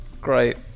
great